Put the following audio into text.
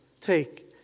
Take